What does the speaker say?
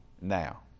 now